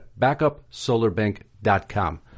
BackupSolarBank.com